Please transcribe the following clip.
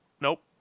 nope